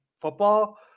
football